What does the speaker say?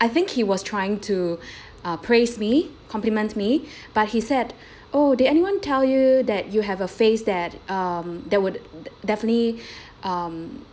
I think he was trying to uh praise me compliment me but he said oh did anyone tell you that you have a face that um that would definitely um